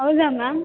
ಹೌದಾ ಮ್ಯಾಮ್